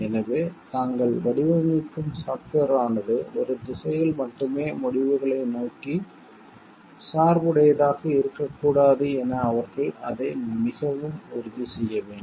எனவே தாங்கள் வடிவமைக்கும் சாப்ட்வேர் ஆனது ஒரு திசையில் மட்டுமே முடிவுகளை நோக்கிச் சார்புடையதாக இருக்கக் கூடாது என அவர்கள் அதை மிகவும் உறுதி செய்ய வேண்டும்